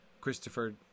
Christopher